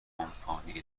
کمپانی